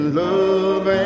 love